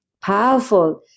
powerful